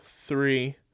three